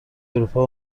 اروپا